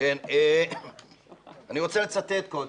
אני רוצה לצטט קודם.